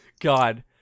God